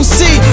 see